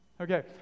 Okay